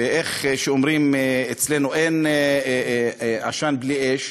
ואיך שאומרים אצלנו, אין עשן בלי אש,